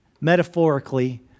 metaphorically